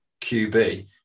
QB